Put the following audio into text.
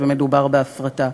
ומדובר בהפרטה.